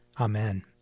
Amen